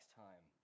time